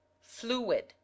Fluid